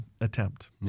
attempt